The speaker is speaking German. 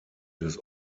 des